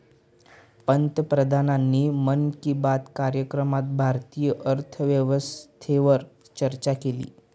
पंतप्रधानांनी मन की बात कार्यक्रमात भारतीय अर्थव्यवस्थेवर चर्चा केली